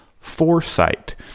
foresight